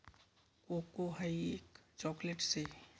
cocoa हाई एक chocolate शे